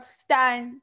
stand